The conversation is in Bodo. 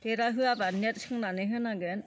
बेरा होआबा नेट सोंनानै होनांगोन